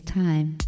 time